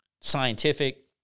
scientific